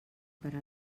per